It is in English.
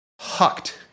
hucked